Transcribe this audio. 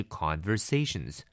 conversations